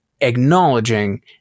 acknowledging